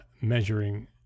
measuring